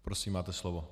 Prosím, máte slovo.